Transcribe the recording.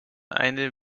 eine